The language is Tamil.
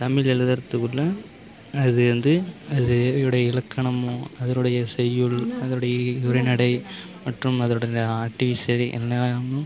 தமிழ் எழுதுகிறதுக்குள்ள அது வந்து அது உடைய இலக்கணமும் அதனுடைய செய்யுள் அதனுடைய உரைநடை மற்றும் அதனோடய